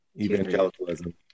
evangelicalism